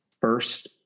first